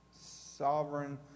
sovereign